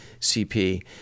CP